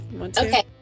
Okay